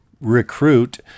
recruit